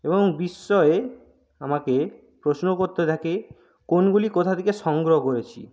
এবং বিস্ময়ে আমাকে প্রশ্ন করতে থাকে কোনগুলি কোথা থেকে সংগ্রহ করেছি